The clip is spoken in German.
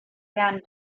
werden